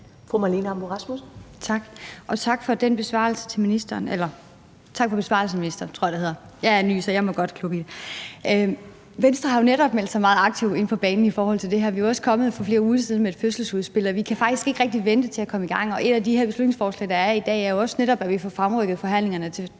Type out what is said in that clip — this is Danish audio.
må godt kludre i det. Venstre har jo netop meldt sig meget aktivt på banen i forhold til det her. Vi er også for flere uger siden kommet med et fødselsudspil, og vi kan faktisk ikke rigtig vente med at komme i gang. Og et af de beslutningsforslag, der er her i dag, handler netop også om, at vi får fremrykket forhandlingerne,